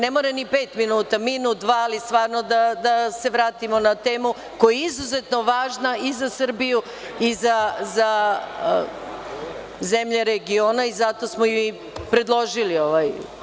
Ne mora ni pet minuta, minut, dva, ali stvarno da se vratimo na temu koja je izuzetno važna i za Srbiju i za zemlje regiona i zato smo i predložili ovaj…